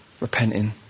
repenting